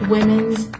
Women's